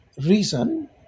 reason